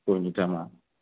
गयनि दामआ